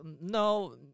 no